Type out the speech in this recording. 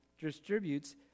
distributes